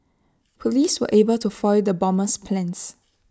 Police were able to foil the bomber's plans